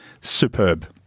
superb